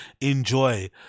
enjoy